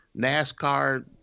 nascar